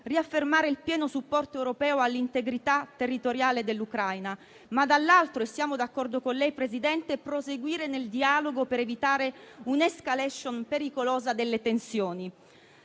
riaffermare il pieno supporto europeo all'integrità territoriale dell'Ucraina, ma, dall'altro, e siamo d'accordo con lei, Presidente, proseguire nel dialogo per evitare un'*escalation* pericolosa delle tensioni.